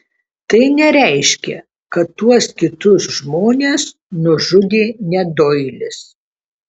tai nereiškia kad tuos kitus žmones nužudė ne doilis